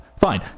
fine